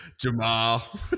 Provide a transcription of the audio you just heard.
Jamal